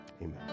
amen